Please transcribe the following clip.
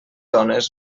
ones